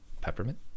peppermint